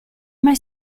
mai